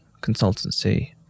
Consultancy